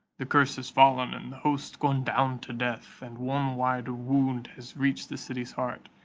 the curse has fallen, and the host gone down to death and one wide wound has reached the city's heart,